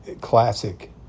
classic